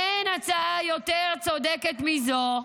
אין הצעה יותר צודקת מזו: